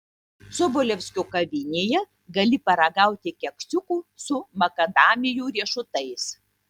sobolevskio kavinėje gali paragauti keksiukų su makadamijų riešutais